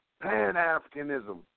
pan-Africanism